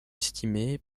estimé